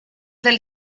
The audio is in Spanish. del